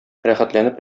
рәхәтләнеп